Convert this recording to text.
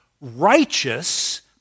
righteous